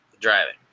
driving